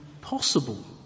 possible